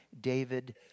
David